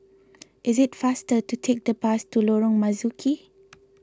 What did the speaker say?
it is faster to take the bus to Lorong Marzuki